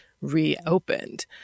reopened